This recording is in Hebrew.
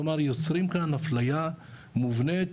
כלומר יוצרים כאן הפליה מובנית.